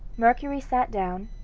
mercury sat down,